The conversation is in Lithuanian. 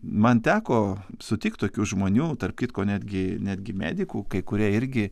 man teko sutikt tokių žmonių tarp kitko netgi netgi medikų kurie irgi